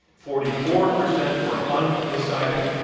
forty four percent were undecided.